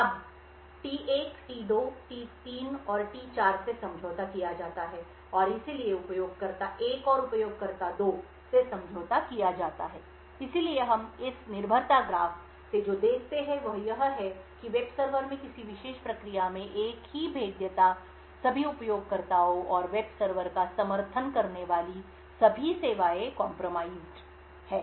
अब T1 T2 T3 और T4 से समझौता किया जाता है और इसलिए उपयोगकर्ता 1 और उपयोगकर्ता 2 से समझौता किया जाता है इसलिए हम इस निर्भरता ग्राफ से जो देखते हैं वह यह है कि वेब सर्वर में किसी विशेष प्रक्रिया में एक ही भेद्यता सभी उपयोगकर्ताओं और वेब सर्वर का समर्थन करने वाली सभी सेवाएं comprised है